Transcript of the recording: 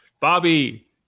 Bobby